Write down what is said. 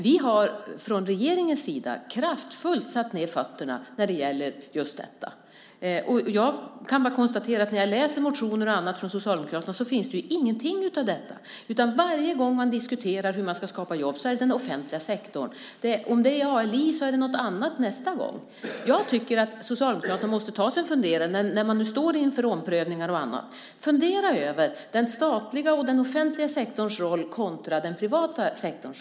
Vi har från regeringens sida kraftfullt satt ned foten när det gäller just klimatet för småföretagen. När jag läser motioner och annat från Socialdemokraterna kan jag bara konstatera att där inte finns någonting av detta, utan varje gång man diskuterar hur man ska skapa jobb är det i den offentliga sektorn. Om det inte är ALI så är det något annat nästa gång. Jag tycker att Socialdemokraterna, när de nu står inför omprövningar och annat, ska ta sig en funderare över den statliga och den offentliga sektorns roll kontra den privata sektorn.